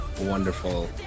wonderful